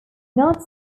not